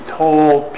told